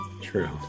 true